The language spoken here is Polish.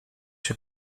się